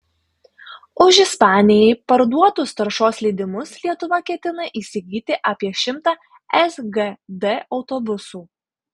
už ispanijai parduotus taršos leidimus lietuva ketina įsigyti apie šimtą sgd autobusų